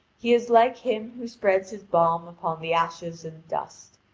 he is like him who spreads his balm upon the ashes and dust,